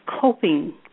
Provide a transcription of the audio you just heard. coping